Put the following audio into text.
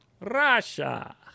Russia